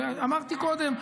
ואמרתי קודם,